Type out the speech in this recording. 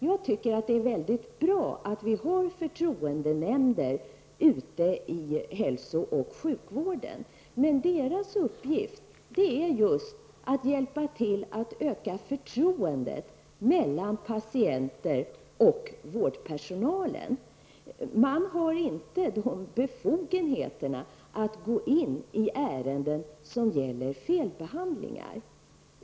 Jag tycker att det är väldigt bra att vi har förtroendenämnder i hälsooch sjukvården. Förtroendenämndens uppgift är just att hjälpa till att öka förtroendet mellan patienter och vårdpersonal. Nämnderna har inte befogenhet att gå in i ärenden som gäller felbehandling.